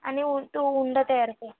आणि उलटं उंडं तयार कर